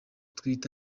twita